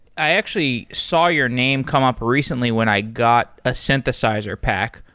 i actually saw your name come up recently when i got ah synthesizer pack,